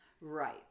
right